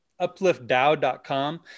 upliftdow.com